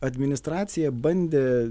administracija bandė